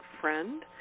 friend